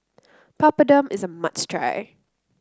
papadum is a must try